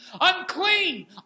Unclean